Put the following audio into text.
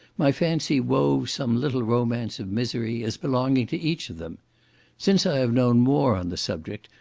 my fancy wove some little romance of misery, as belonging to each of them since i have known more on the subject,